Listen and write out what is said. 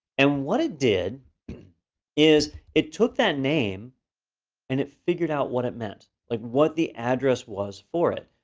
and what it did is it took that name and it figured out what it meant, like what the address was for it.